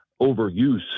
overuse